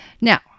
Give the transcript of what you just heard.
Now